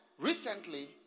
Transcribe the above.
recently